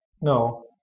No